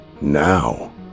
now